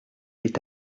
est